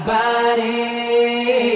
body